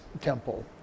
temple